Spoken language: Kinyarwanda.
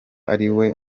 ariwe